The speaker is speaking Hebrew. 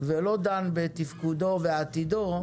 ולא דן בתפקודו ועתידו,